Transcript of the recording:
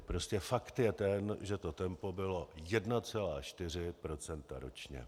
Prostě fakt je ten, že to tempo bylo 1,4 % ročně.